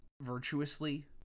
virtuously